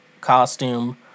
costume